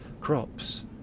crops